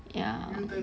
ya